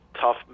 tough